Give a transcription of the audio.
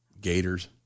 gators